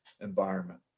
environment